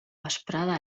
vesprada